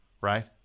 Right